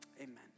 amen